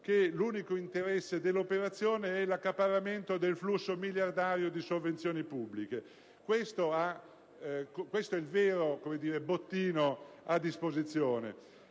che l'unico interesse dell'operazione è l'accaparramento del flusso miliardario di sovvenzioni pubbliche. Questo è il vero bottino a disposizione.